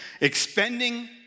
Expending